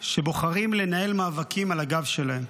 שבוחרים לנהל מאבקים על הגב שלהם,